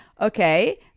okay